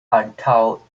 antaŭ